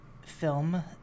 film